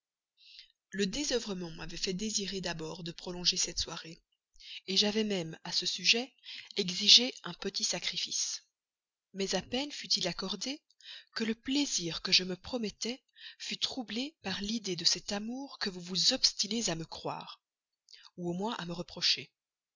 le désœuvrement m'avait fait désirer d'abord de prolonger cette soirée j'avais même à ce sujet exigé un petit sacrifice mais à peine fut-il accordé que le plaisir que je me promettais fut troublé par l'idée de cet amour que vous vous obstinez à me croire ou au moins à me reprocher